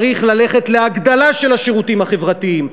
צריך ללכת להגדלה של השירותים החברתיים.